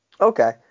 okay